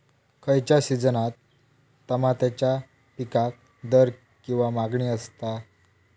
खयच्या सिजनात तमात्याच्या पीकाक दर किंवा मागणी आसता?